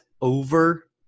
over